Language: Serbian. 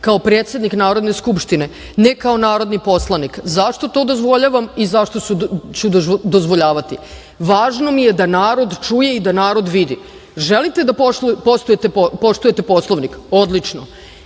kao predsednik Narodne skupštine, a ne kao narodni poslanik zašto to dozvoljavam i zašto ću dozvoljavati. Važno mi je da narod čuje i da narod vidi. Želite da poštujete Poslovnik? Odlično,